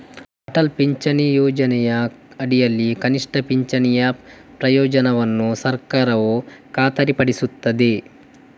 ಅಟಲ್ ಪಿಂಚಣಿ ಯೋಜನೆಯ ಅಡಿಯಲ್ಲಿ ಕನಿಷ್ಠ ಪಿಂಚಣಿಯ ಪ್ರಯೋಜನವನ್ನು ಸರ್ಕಾರವು ಖಾತರಿಪಡಿಸುತ್ತದೆ